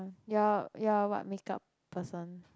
you're you're what makeup person